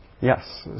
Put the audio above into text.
Yes